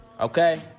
Okay